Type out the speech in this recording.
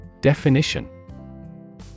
Definition